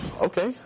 okay